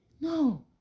no